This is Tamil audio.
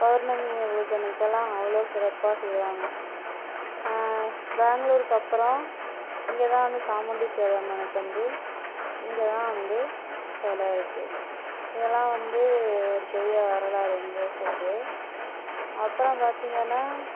பௌர்ணமி பூஜை அன்னைக்குலாம் அவ்வளோ சிறப்பாக செய்வாங்க பெங்ளூர்க்கு அப்புறம் இங்கே தான் வந்து சாமுண்டீஸ்வரி அம்மனுக்கு வந்து இங்கே தான் வந்து செலை இருக்கு இதெல்லாம் வந்து ஒரு பெரிய வரலாறு எங்கூர் சைடு அப்புறம் பார்த்திங்கன்னா